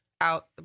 out